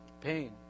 Pain